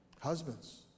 husbands